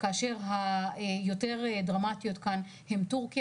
כאשר המדינות היותר דרמטיות הן טורקיה